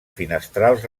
finestrals